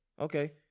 Okay